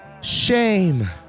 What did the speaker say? shame